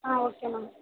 ah okay ma'am